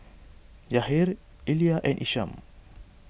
Yahir Elia and Isam